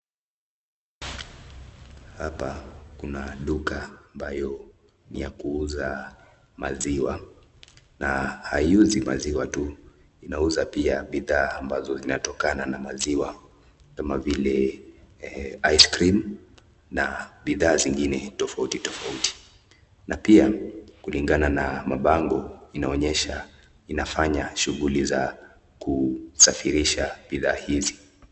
Hapa kuna duka ambayo ni ya kuuza maziwa, na haiuzi maziwa tu inauza pia bidhaa ambazo zinatokana na maziwa kama vile ice cream na bidhaa zingine tofauti tofauti na pia kulingana na mapango inaonyesha inafanya shughuli za kusafirisha bidhaa hizi.